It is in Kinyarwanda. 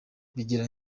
bigira